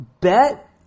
bet